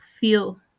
feel